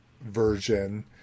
version